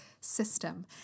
system